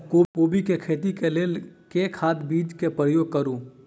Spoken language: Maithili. कोबी केँ खेती केँ लेल केँ खाद, बीज केँ प्रयोग करू?